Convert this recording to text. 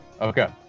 Okay